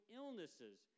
illnesses